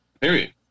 Period